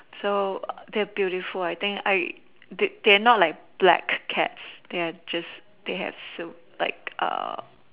so they're beautiful I think I they they are not like black cats they're just they have so like A